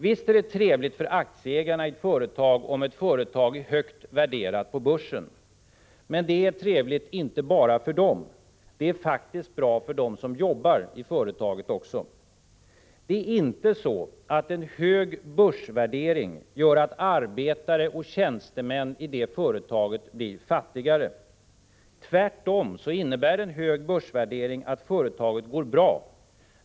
Visst är det trevligt för aktieägarna i ett företag om företaget är högt värderat på börsen. Men det är trevligt inte bara för dem. Det är faktiskt bra för dem som jobbar i företaget också. Det är inte så att en hög börsvärdering gör att arbetare och tjänstemän i det företaget blir fattigare. Tvärtom innebär en hög börsvärdering att företaget går bra.